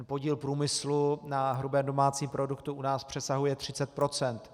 Podíl průmyslu na hrubém domácím produktu u nás přesahuje 30 %.